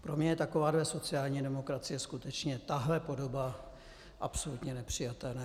Pro mě je takováhle sociální demokracie skutečně, tahle podoba, absolutně nepřijatelná.